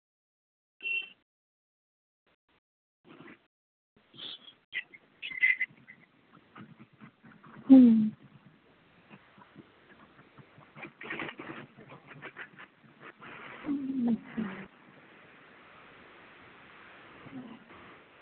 হুম